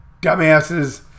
dumbasses